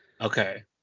Okay